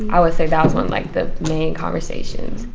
i would say that's when, like, the main conversations.